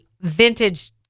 vintage